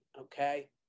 okay